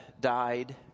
died